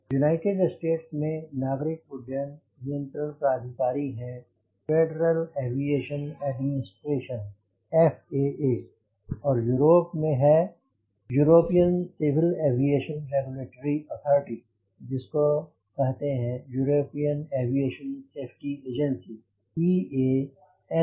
United States में नागरिक उड्डयन नियंत्रण प्राधिकारी हैं फेडरल एविएशन एडमिनिस्ट्रेशन FAA और यूरोप में यह है European Civil Aviation Regulatory Authority जिसको कहते हैं European Aviation Safety Agency EASA